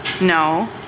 No